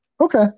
Okay